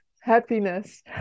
happiness